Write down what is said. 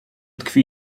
tkwi